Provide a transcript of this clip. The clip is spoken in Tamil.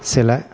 சில